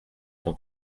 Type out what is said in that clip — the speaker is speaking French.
son